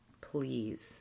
Please